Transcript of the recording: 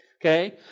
okay